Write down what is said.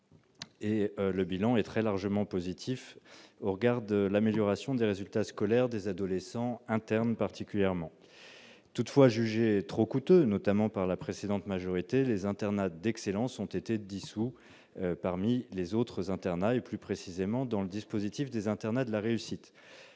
et le bilan est très largement positif au regard de l'amélioration des résultats scolaires des adolescents internes. Toutefois, jugés trop couteux par la précédente majorité, les internats d'excellence ont été dissous dans les autres internats, plus précisément dans le dispositif des internats de la réussite.